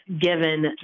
given